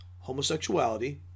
Homosexuality